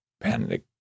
panic